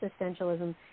existentialism